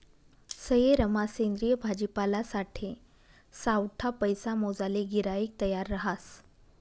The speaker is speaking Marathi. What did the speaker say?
सयेरमा सेंद्रिय भाजीपालासाठे सावठा पैसा मोजाले गिराईक तयार रहास